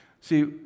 See